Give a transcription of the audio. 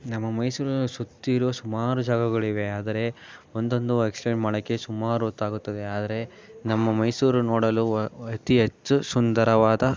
ನಮ್ಮ ಮೈಸೂರ್ನಲ್ಲಿ ಸುತ್ತಿರೋ ಸುಮಾರು ಜಾಗಗಳಿವೆ ಆದರೆ ಒಂದೊಂದು ಎಕ್ಸ್ಪ್ಲೇನ್ ಮಾಡೋಕ್ಕೆ ಸುಮಾರೊತ್ತಾಗುತ್ತದೆ ಆದರೆ ನಮ್ಮ ಮೈಸೂರು ನೋಡಲು ವ ಅತಿ ಹೆಚ್ಚು ಸುಂದರವಾದ